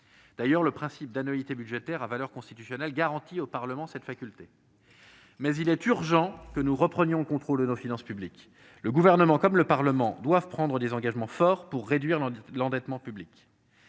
d'ailleurs, le principe d'annualité budgétaire, de valeur constitutionnelle, garantit cette faculté au Parlement -, mais il est urgent que nous reprenions le contrôle de nos finances publiques. Le Gouvernement comme le Parlement doivent prendre des engagements forts pour réduire l'endettement public.